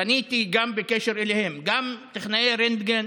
פניתי גם בקשר אליהם, גם טכנאי רנטגן,